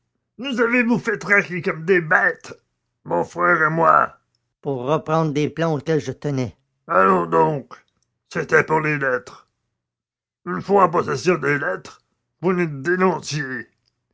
nous avez-vous fait traquer comme des bêtes mon frère et moi pour reprendre des plans auxquels je tenais allons donc c'était pour les lettres une fois en possession des lettres vous nous dénonciez